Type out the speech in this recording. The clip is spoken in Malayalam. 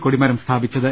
കൊടിമരം സ്ഥാപിച്ചത്